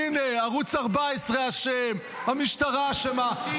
--- הינה, ערוץ 14 אשם, המשטרה אשמה.